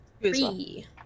three